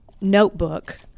notebook